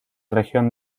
región